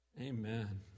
amen